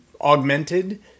augmented